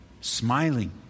smiling